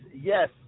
Yes